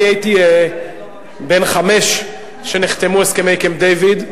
אני הייתי בן חמש כשנחתמו הסכמי קמפ-דייוויד.